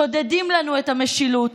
שודדים לנו את המשילות,